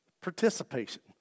Participation